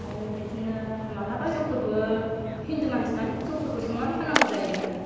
आरो बिदिनो मालाबा जौफोरबो हिन्दु मानसि नालाय जौफोरबो संनानै फाननांगौ जायो आरो